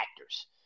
actors